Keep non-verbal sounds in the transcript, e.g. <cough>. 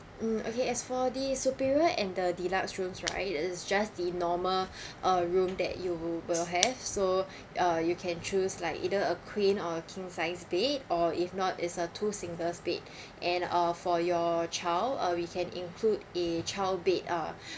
mm okay as for the superior and the deluxe rooms right is just the normal <breath> uh room that you will have so uh you can choose like either a queen or a king sized bed or if not is a two single bed <breath> and uh for your child uh we can include a child bed uh <breath>